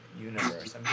Universe